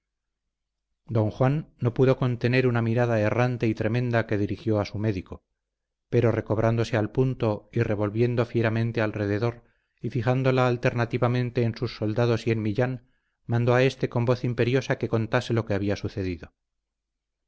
don juan no pudo contener una mirada errante y tremenda que dirigió a su médico pero recobrándose al punto y revolviendo fieramente alrededor y fijándola alternativamente en sus soldados y en millán mandó a éste con voz imperiosa que contase lo que había sucedido